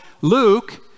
Luke